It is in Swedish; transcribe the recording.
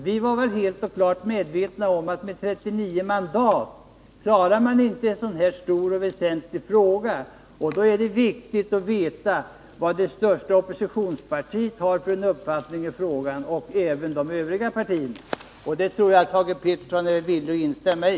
Vi var klart medvetna om att med 39 mandat klarar man inte en så här stor och väsentlig fråga, och då var det viktigt att veta vad det största oppositionspartiet och även de övriga partierna hade för uppfattning i frågan. Det tror jag att Thage Peterson är villig att instämma i.